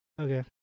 okay